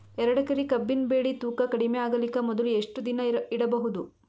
ಎರಡೇಕರಿ ಕಬ್ಬಿನ್ ಬೆಳಿ ತೂಕ ಕಡಿಮೆ ಆಗಲಿಕ ಮೊದಲು ಎಷ್ಟ ದಿನ ಇಡಬಹುದು?